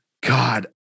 God